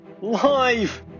live